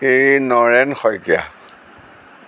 এই নৰেণ শইকীয়া